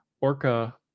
Orca